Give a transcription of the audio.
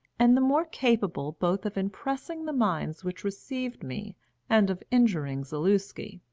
and the more capable both of impressing the minds which received me and of injuring zaluski.